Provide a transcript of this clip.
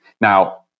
Now